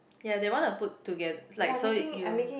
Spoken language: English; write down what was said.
ya they wanna put together like so if you